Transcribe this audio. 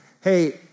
hey